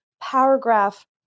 paragraph